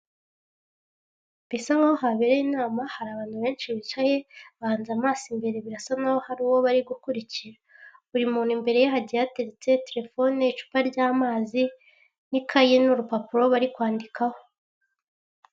Bisa nk'aho habereye inama, hari abantu benshi bicaye bahanza amaso imbere, birasa nkaho hari uwo bari gukurikira, buri muntu imbere ye hagiye hateretse terefone, icupa ry'amazi, n'ikayi n'urupapuro bari kwandikaho.